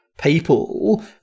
people